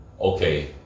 Okay